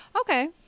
Okay